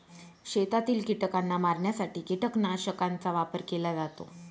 शेतातील कीटकांना मारण्यासाठी कीटकनाशकांचा वापर केला जातो